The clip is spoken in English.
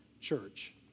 church